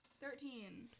Thirteen